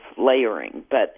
layering—but